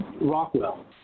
Rockwell